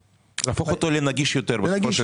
להפוך אותו לנגיש יותר למשתמש הקצה.